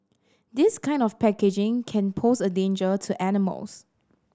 this kind of packaging can pose a danger to animals